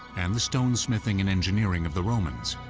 and the stonesmithing and engineering of the romans,